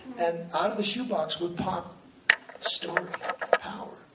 and out of the shoebox would pop story power,